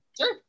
Sure